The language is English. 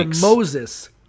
Moses